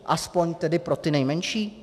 Aspoň tedy pro ty nejmenší?